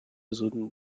zones